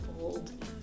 old